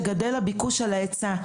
שגדל הביקוש על ההיצע.